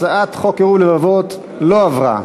הצעת חוק קירוב לבבות במערכת החינוך לא עברה.